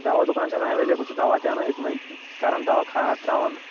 دوا دُکان چھِ آسان اٮ۪ویلیبٕل سُہ دوا تہِ اَنان أتۍنٕے کَران دوا کھاد ترٛاوان